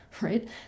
Right